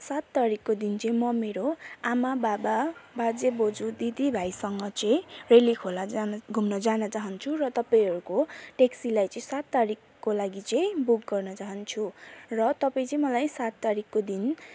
सात तारिखको दिन चाहिँ म मेरो आमाबाबा बाजेबोजू दिदीभाइसँग चाहिँ रेली खोला जान घुम्न जान चाहन्छु र तपाईँहरूको टेक्सीलाई चाहिँ सात तारिखको लागि चाहिँ बुक गर्न चाहन्छु र तपाईँ चाहिँ मलाई सात तारिखको दिन